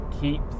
keep